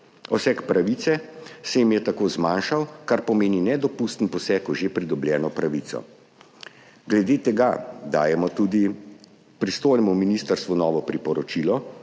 Obseg pravice se jim je tako zmanjšal, kar pomeni nedopusten poseg v žepridobljeno pravico. Glede tega dajemo tudi pristojnemu ministrstvu novo priporočilo,